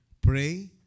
Pray